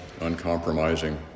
uncompromising